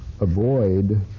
avoid